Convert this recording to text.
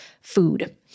food